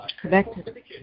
connected